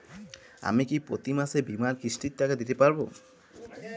আমি কি প্রতি মাসে বীমার কিস্তির টাকা দিতে পারবো?